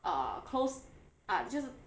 uh close ah 就是